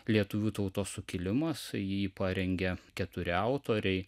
lietuvių tautos sukilimas jį parengė keturi autoriai